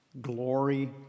glory